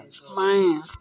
बाएं